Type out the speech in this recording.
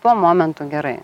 tuo momentu gerai